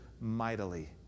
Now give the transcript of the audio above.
mightily